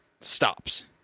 stops